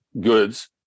goods